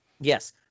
Yes